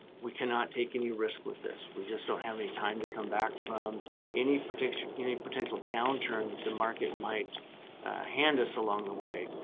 we cannot take any risk with this, we just don't have any time to come back from any prediction any potential downturn that the market might hand us along the way.